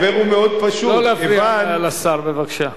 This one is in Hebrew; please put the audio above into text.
רבותי, לא להפריע לשר בבקשה.